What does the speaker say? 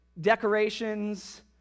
decorations